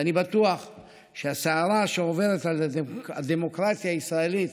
ואני בטוח שהסערה שעוברת על הדמוקרטיה הישראלית,